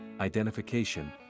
identification